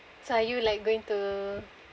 so are you like going to